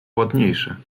ładniejsze